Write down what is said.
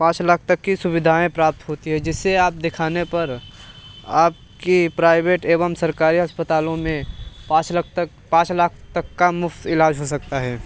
पाँच लाख तक की सुविधाएँ प्राप्त होती हैं जिससे आप दिखाने पर आपके प्राइवेट एवं सरकारी अस्पतालो में पाँच लाख तक पाँच लाख तक का मुफ्त ईलाज हो सकता है